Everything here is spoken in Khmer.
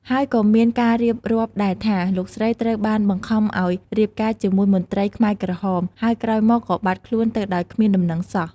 ហើយក៏មានការរៀបរាប់ដែលថា លោកស្រីត្រូវបានបង្ខំឱ្យរៀបការជាមួយមន្ត្រីខ្មែរក្រហម ហើយក្រោយមកក៏បាត់ខ្លួនទៅដោយគ្មានដំណឹងសោះ។